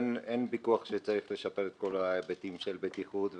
אין ויכוח שצריך לשפר את כל ההיבטים של הבטיחות,